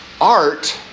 art